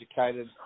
educated